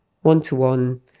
one-to-one